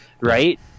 Right